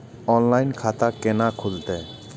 Online खाता केना खुलते?